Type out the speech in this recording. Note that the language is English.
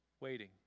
waiting